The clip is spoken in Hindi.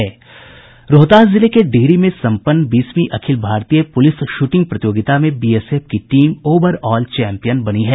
रोहतास जिले के डिहरी में सम्पन्न बीसवीं अखिल भारतीय पूलिस शूटिंग प्रतियोगिता में बीएसएफ की टीम ओवर ऑल चैंपियन बनी है